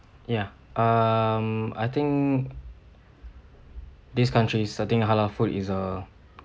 ya um I think these countries I think halal food is err